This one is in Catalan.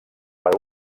per